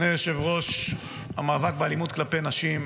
אדוני היושב-ראש, המאבק באלימות כלפי נשים,